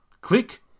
Click